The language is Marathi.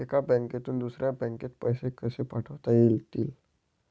एका बँकेतून दुसऱ्या बँकेत पैसे कसे पाठवता येतील?